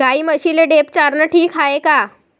गाई म्हशीले ढेप चारनं ठीक हाये का?